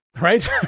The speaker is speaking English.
right